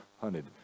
hunted